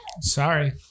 Sorry